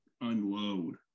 unload